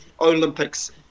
Olympics